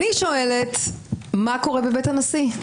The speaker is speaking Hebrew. שואלת מה קורה בבית הנשיא?